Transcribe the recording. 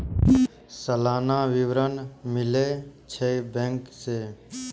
सलाना विवरण मिलै छै बैंक से?